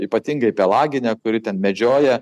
ypatingai pelaginę kuri ten medžioja